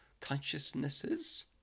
consciousnesses